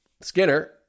Skinner